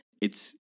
it's-